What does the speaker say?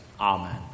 Amen